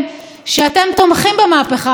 שאתם תומכים במהפכה החוקתית,